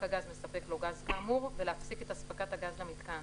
הגז מספק לו גז כאמור ולהפסיק את הספקת הגז למיתקן,